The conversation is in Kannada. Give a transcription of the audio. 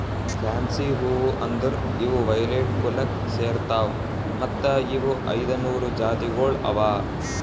ಫ್ಯಾನ್ಸಿ ಹೂವು ಅಂದುರ್ ಇವು ವೈಲೆಟ್ ಕುಲಕ್ ಸೇರ್ತಾವ್ ಮತ್ತ ಇವು ಐದ ನೂರು ಜಾತಿಗೊಳ್ ಅವಾ